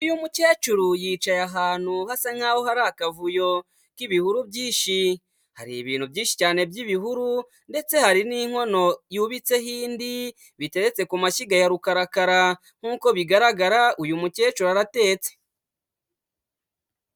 Uyu mukecuru yicaye ahantu hasa nkaho hari akavuyo k'ibihuru byinshi. Hari ibintu byinshi cyane by'ibihuru ndetse hari n'inkono yubitseho indi, biteretse ku mashyiga ya rukarakara, nkuko bigaragara uyu mukecuru aratetse.